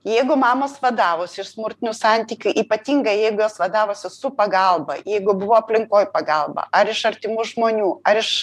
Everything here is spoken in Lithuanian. jeigu mamos vadavosi iš smurtinių santykių ypatingai jeigu jos vadavosi su pagalba jeigu buvo aplinkoj pagalba ar iš artimų žmonių ar iš